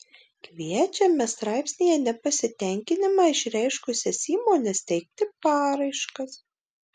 kviečiame straipsnyje nepasitenkinimą išreiškusias įmones teikti paraiškas